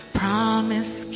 promise